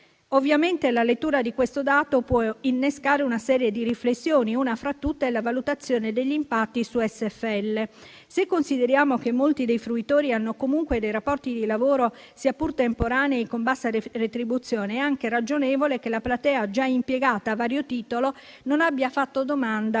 Ovviamente la lettura di questo dato può innescare una serie di riflessioni: una fra tutte è la valutazione degli impatti sul supporto per formazione e lavoro (SFL). Se consideriamo che molti dei fruitori hanno comunque dei rapporti di lavoro sia pur temporanei con bassa retribuzione, è anche ragionevole che la platea già impiegata a vario titolo non abbia fatto domanda per